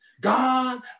God